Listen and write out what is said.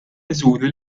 miżuri